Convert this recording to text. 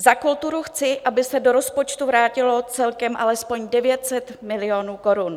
Za kulturu chci, aby se do rozpočtu vrátilo celkem alespoň 900 milionů korun.